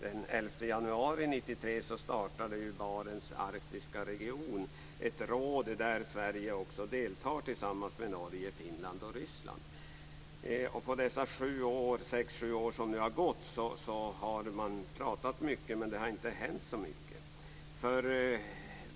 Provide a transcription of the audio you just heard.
Den 11 januari 1993 startades Barents Norge, Finland och Ryssland deltar. Under de sex-sju år som nu har gått har man talat mycket, men det har inte hänt så mycket.